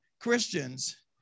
Christians